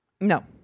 No